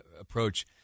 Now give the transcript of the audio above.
approach